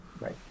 Right